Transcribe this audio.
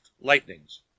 lightnings